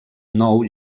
nou